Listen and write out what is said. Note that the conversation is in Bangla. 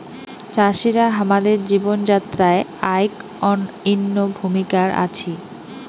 চাষিরা হামাদের জীবন যাত্রায় আইক অনইন্য ভূমিকার আছি